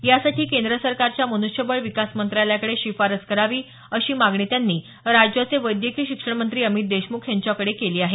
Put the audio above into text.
यासाठी केंद्र सरकारच्या मन्ष्यबळ विकास मंत्रालयाकडे शिफारस करावी अशी मागणी त्यांनी राज्याचे वैद्यकीय शिक्षण मंत्री अमित देशमुख यांच्याकडे केली आहे